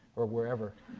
or wherever,